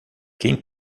quem